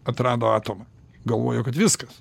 atrado atomą galvojo kad viskas